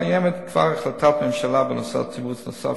קיימת כבר החלטת ממשלה בנושא תמרוץ נוסף